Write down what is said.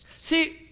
See